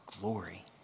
glory